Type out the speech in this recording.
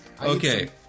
Okay